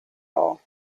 all